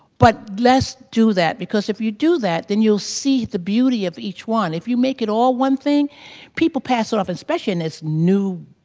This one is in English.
but let's do that, because if you do that then you'll see the beauty of each one. if you make it all one thing people pass it off, especially in this new